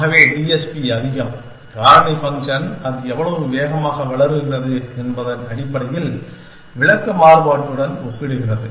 ஆகவே டிஎஸ்பி அதிகம் காரணி ஃபங்க்ஷன் அது எவ்வளவு வேகமாக வளர்கிறது என்பதன் அடிப்படையில் விளக்க மாறுபாட்டுடன் ஒப்பிடுகிறது